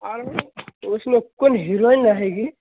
और उसमें कुन हिरोइन रहेगी